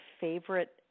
favorite